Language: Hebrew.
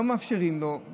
לא מאפשרים לו,